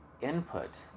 input